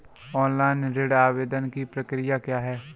Online ऋण आवेदन की प्रक्रिया क्या है?